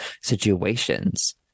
situations